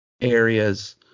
areas